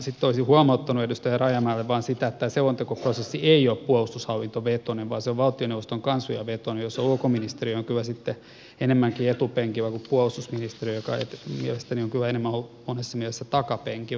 sitten olisi huomauttanut edustaja rajamäelle vain siitä että tämä selontekoprosessi ei ole puolustushallintovetoinen vaan se on valtioneuvoston kanslia vetoinen ja ulkoministeriö on kyllä sitten enemmänkin etupenkillä kuin puolustusministeriö joka mielestäni on kyllä enemmän ollut monessa mielessä takapenkillä